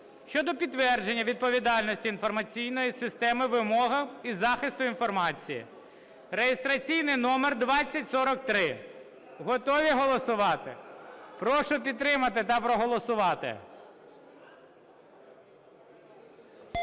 (щодо підтвердження відповідності інформаційної системи вимогам із захисту інформації) (реєстраційний номер 2043). Готові голосувати? Прошу підтримати та проголосувати.